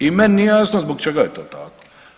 I meni nije jasno zbog čega je to tako.